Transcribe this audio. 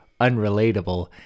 unrelatable